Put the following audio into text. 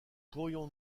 pourrions